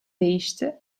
değişti